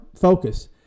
focus